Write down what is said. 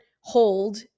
hold